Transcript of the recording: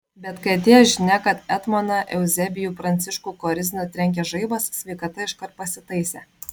bet kai atėjo žinia kad etmoną euzebijų pranciškų korizną trenkė žaibas sveikata iškart pasitaisė